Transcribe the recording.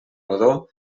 rodó